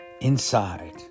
inside